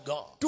God